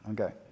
okay